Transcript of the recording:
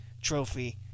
trophy